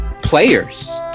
Players